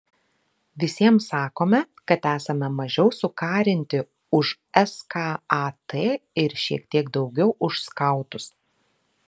visiems sakome kad esame mažiau sukarinti už skat ir šiek tiek daugiau už skautus